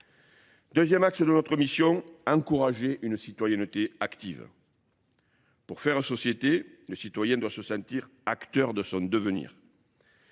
Deuxième axe de notre mission, encourager une citoyenneté active. Pour faire une société, le citoyen doit se sentir acteur de son devenir.